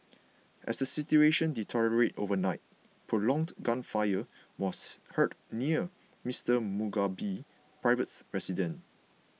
as the situation deteriorated overnight prolonged gunfire was heard near Mister Mugabe's private residence